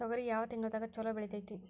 ತೊಗರಿ ಯಾವ ತಿಂಗಳದಾಗ ಛಲೋ ಬೆಳಿತೈತಿ?